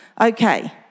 Okay